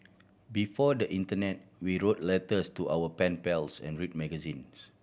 before the internet we wrote letters to our pen pals and read magazines